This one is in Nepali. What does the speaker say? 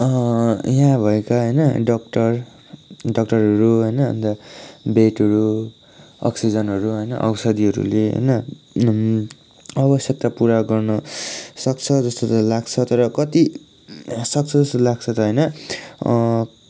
यहाँ भएका होइन डक्टर डक्टरहरू होइन अन्त बेडहरू अक्सिजनहरू होइन औषधिहरूले होइन आवश्यकता पुरा गर्न सक्छ जस्तो चाहिँ लाग्छ तर कति सक्छ जस्तो लाग्छ त होइन